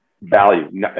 value